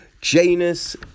Janus